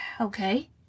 okay